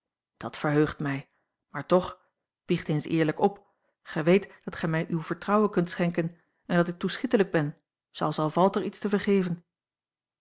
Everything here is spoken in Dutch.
dat verheugt mij maar toch biecht eens eerlijk op gij weet dat gij mij uw vertrouwen kunt schenken en dat ik toeschietelijk ben zelfs al valt er iets te vergeven